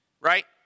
right